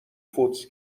فودز